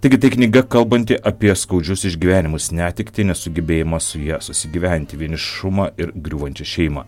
taigi tai knyga kalbanti apie skaudžius išgyvenimus netektį nesugebėjimą su ja susigyventi vienišumą ir griūvančią šeimą